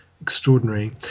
extraordinary